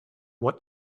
what